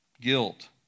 guilt